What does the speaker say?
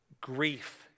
grief